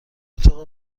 اتاق